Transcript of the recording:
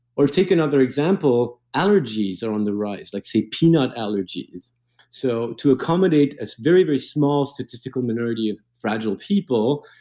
or take another example, allergies are on the rise, like, say, peanut allergies so to accommodate a very, very small statistical minority of fragile people,